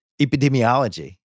epidemiology